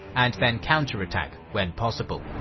and then counter-attack when possible.